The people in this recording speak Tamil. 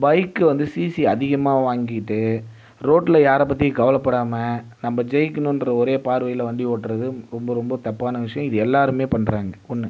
பைக்கு வந்து சிசி அதிகமாக வாங்கிட்டு ரோட்டில் யாரைப் பற்றியும் கவலைப்படாமல் நம்ம ஜெயிக்கணும் என்ற ஒரே பார்வையில் வண்டி ஓட்டுறது ரொம்ப ரொம்ப தப்பான விஷயம் இது எல்லாருமே பண்ணுறாங்க ஒன்று